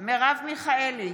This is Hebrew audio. מרב מיכאלי,